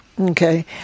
Okay